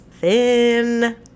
Thin